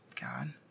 God